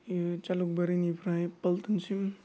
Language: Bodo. इयो जालुगबारिनिफ्राय पलटनसिम